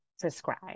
subscribe